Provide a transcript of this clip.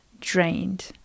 drained